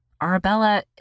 Arabella